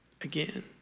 again